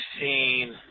seen